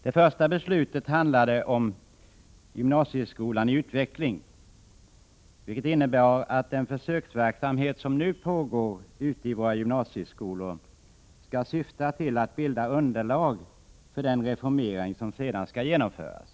Det första beslutet handlade om gymnasieskolan i utveckling och innebär att den försöksverksamhet som nu pågår ute i våra gymnasieskolor skall syfta till att bilda underlag för den reformering som sedan skall genomföras.